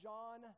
John